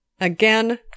Again